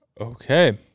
Okay